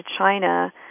China